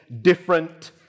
different